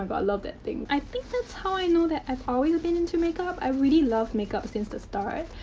um i loved that thing. i think that's how i know that i've always been into makeup. i really loved makeup since the start.